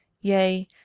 yea